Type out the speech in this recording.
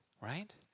right